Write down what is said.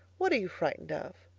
what are you frightened of?